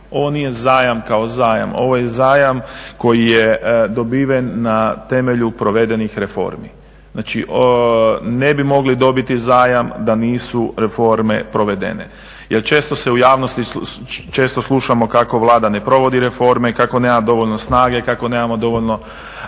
nije zajam kao zajam, ovo je zajam koji je dobiven na temelju provedenih reformi. Znači ne bi mogli dobiti zajam da nisu reforme provedene. Jel često u javnosti slušamo kako Vlada ne provodi reforme, kako nema dovoljno snage, kako nemamo dovoljno